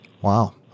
Wow